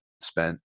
spent